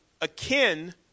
akin